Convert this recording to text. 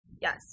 yes